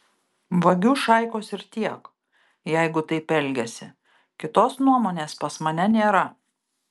vagių šaikos ir tiek jeigu taip elgiasi kitos nuomonės pas mane nėra